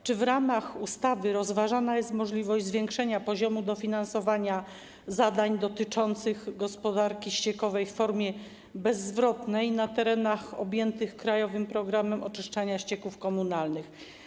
Czy w ramach ustawy rozważana jest możliwość podwyższenia poziomu dofinansowania zadań dotyczących gospodarki ściekowej w formie bezzwrotnej na terenach objętych ˝Krajowym programem oczyszczania ścieków komunalnych˝